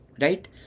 right